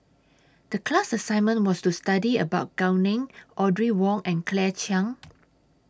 The class assignment was to study about Gao Ning Audrey Wong and Claire Chiang